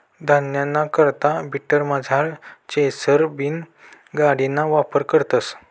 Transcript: धान्यना करता ब्रिटनमझार चेसर बीन गाडिना वापर करतस